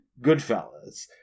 Goodfellas